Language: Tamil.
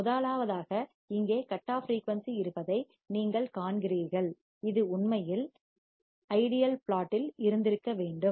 முதலாவதாக இங்கே கட் ஆஃப் ஃபிரீயூன்சி இருப்பதை நீங்கள் காண்கிறீர்கள் இது உண்மையில் சீரான ideal ஐடியல்பிளாட் இல் இருந்திருக்க வேண்டும்